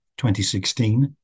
2016